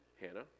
Hannah